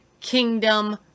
kingdom